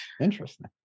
Interesting